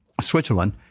Switzerland